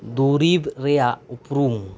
ᱫᱩᱨᱤᱵᱽ ᱨᱮᱭᱟᱜ ᱩᱯᱨᱩᱢ